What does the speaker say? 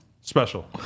special